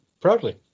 proudly